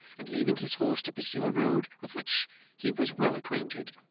and leaving his horse to pursue a road with which he was well acquainted,